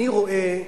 אני רואה,